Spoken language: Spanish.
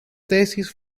tesis